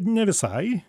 ne visai